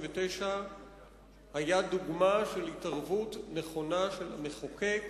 היה דוגמה של התערבות נכונה של מחוקק